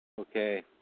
Okay